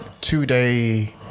two-day